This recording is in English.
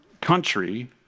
country